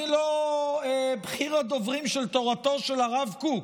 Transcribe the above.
אני לא בכיר הדוברים של תורתו של הרב קוק,